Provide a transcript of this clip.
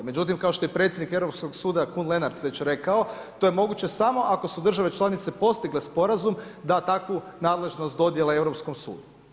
Međutim, kao što je i predsjednik Europskog suda Kun Lenards već rekao to je moguće samo ako su države članice postigle sporazum da takvu nadležnost dodijele Europskom sudu.